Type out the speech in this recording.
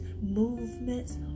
movements